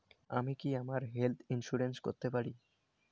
আমি কি আমার হেলথ ইন্সুরেন্স করতে পারি?